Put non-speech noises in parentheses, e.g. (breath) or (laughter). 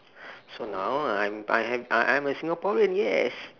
(breath) so now I am I am I I'm a singaporean yes